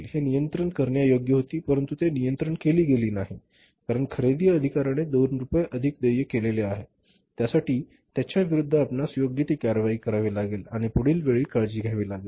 हे नियंत्रित करण्यायोग्य होती परंतु ते नियंत्रित केले गेली नाही कारण खरेदी अधिकाऱ्यांने २ रुपये अधिक देय केलेले आहेत त्या साठी त्यांच्या विरुद्ध आपणास योग्य ती कारवाई करावी लागेल आणि पुढील वेळी काळजी घ्यावी लागेल